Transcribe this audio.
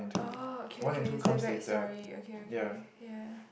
oh okay okay stay back sorry okay okay ya